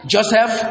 Joseph